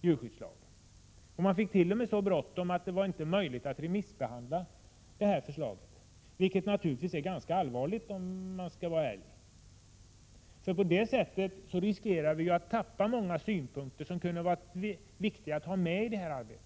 djurskyddslag. Man fick t.o.m. så bråttom att det inte var möjligt att remissbehandla förslaget, vilket är ganska allvarligt, om vi skall vara ärliga. På det sättet riskerar vi nämligen att förlora många synpunkter som kunde ha varit viktiga att ha med vid arbetet med den nya djurskyddslagen.